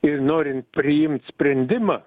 ir norint priimt sprendimą